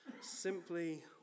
simply